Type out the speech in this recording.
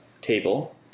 table